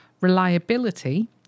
Reliability